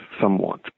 somewhat